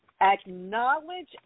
Acknowledge